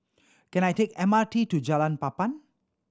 can I take M R T to Jalan Papan